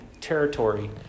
territory